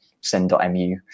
send.mu